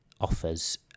offers